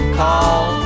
call